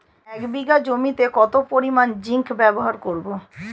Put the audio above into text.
এক বিঘা জমিতে কত পরিমান জিংক ব্যবহার করব?